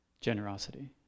generosity